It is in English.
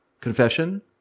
confession